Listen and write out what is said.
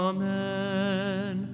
Amen